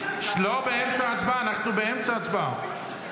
לא באמצע הצבעה, אנחנו באמצע הצבעה.